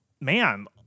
man